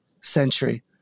century